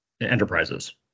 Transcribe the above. enterprises